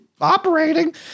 Operating